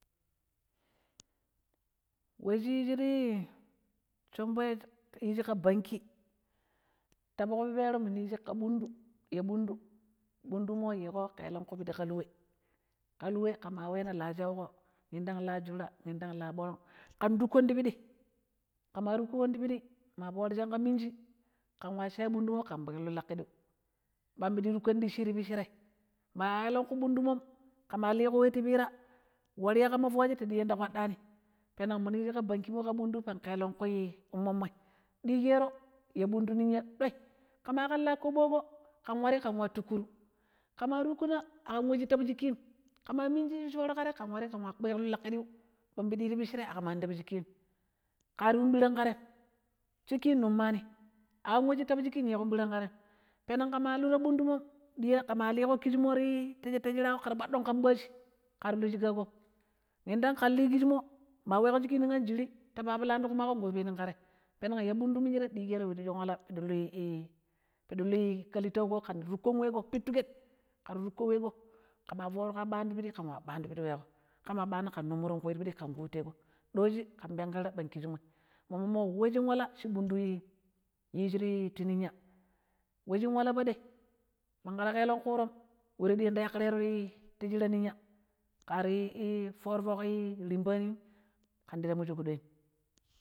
﻿We shi yishi tii shomboi yisii ƙa banki, ta foƙ pipero minu yishi ƙa ɓundu, ya ɓundu, ɓundummo yiƙero ƙelenƙu pidi ƙaal we ƙalwe ƙema wena la shauƙo yindang la juraa, yindang la ɗaagh ƙin tukkon ti piɗi, ƙema tukkuƙon ti piɗii ma foori sinƙa minji ƙenwa sha bundummo ƙen kpiƙla laƙiɗiu, ɓambiɗi tukƙan piɗɗi ti piccirai, mora elenƙui ƙisshimo ma wrya ƙamma foocche ta kpaɗɗani peneg minu yeƙo bankimmo ƙa bundui pang ƙelenƙu immommoi ɗiƙero ya bundu niyya ɗoi, ƙema ƙan la koboƙo ƙen wari ƙen wa tukkuru ƙema tukkina aƙam we shira tabu shɨƙkim kema minji yun shuran ƙa te ken wari ƙen nwa kpiƙillu laƙƙiɗiu ɓampidi ti picchire a ƙaama ntabu shiƙim, kari yun birang ƙa tem shiƙƙi nummani a ƙam mura tabu shiƙƙim yiƙon birang ƙa tem, peneg ƙima luu ta bunduƙom ɗiya ƙema liƙo ƙishmo tii ta shiraƙo ƙera kpaɗɗon ƙan ɓajii, ƙari luu shiƙaƙom yindang ƙen lii ƙisshimmo ma weƙo shiƙƙi nog anjiri ta pabilani ti ƙumaƙo ƙopenin ƙa te, peneg ya bundumishire ɗiƙero pidishin wala piɗi lui iipiɗi luui ƙalittauƙo ƙampiɗi luu komai ƙo kpettiko ƙen lii ko weƙo ƙema shekon aamma ɓandu ƙen wa ɓandu piɗi weƙo ƙema ɓaana ƙen nummurun ƙui ti piɗiƙen kuteƙo, ɗojii ƙin penƙerna pang ƙisshimmoii, mommo we shin wala shii bundu yishi ti ninya, we shin wala paɗoi, manƙara elenƙurom we ta ɗiyan ta sheƙƙirero ti shirai niyya ƙari foro foƙ rimpanim ƙen ndi temmucho ƙuɗoim.